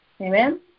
Amen